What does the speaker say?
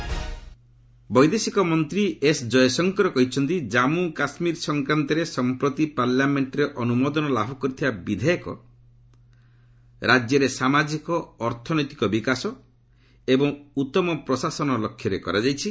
Jaishankar China ବୈଦେଶିକ ମନ୍ତ୍ରୀ S Jaishankar କହିଛନ୍ତି ଜାମ୍ମ କାଶ୍ରୀର ସଂକ୍ରାନ୍ତରେ ସଂପ୍ରତି ପାର୍ଲାମେଣ୍ଟରେ ଅନୁମୋଦନ ଲାଭ କରିଥିବା ବିଧେୟକ ରାଜ୍ୟରେ ସାମାଜିକ ଅର୍ଥନୈତିକ ବିକାଶ ଏବଂ ଉତ୍ତମ ପ୍ରଶାସନ ଲକ୍ଷ୍ୟରେ କରାଯାଇଛି